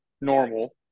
normal